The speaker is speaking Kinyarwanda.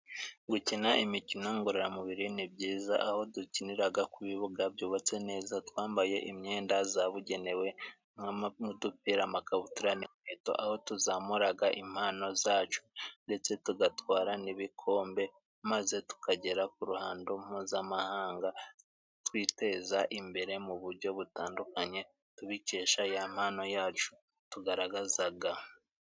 Gukina imikino ngororamubiri ni byiza, aho dukinira ku bibuga byubatse neza, twambaye imyenda yabugenewe n'udupira, amakabutura, inkweto, aho tuzamura impano zacu, ndetse tugatwara n'ibikombe maze tukagera ku ruhando mpuzamahanga twiteza imbere mu buryo butandukanye, tubikesha ya mpano yacu tugaragaza.